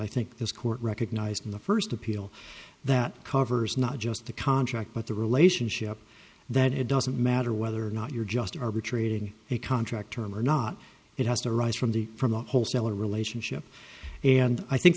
i think this court recognized in the first appeal that covers not just the contract but the relationship that it doesn't matter whether or not you're just arbitrating a contract term or not it has to rise from the from a wholesaler relationship and i think